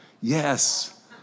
Yes